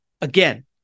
again